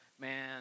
man